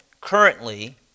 currently